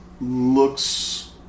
looks